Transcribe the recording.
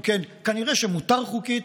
אם כן, כנראה מותר חוקית,